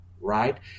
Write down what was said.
right